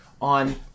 on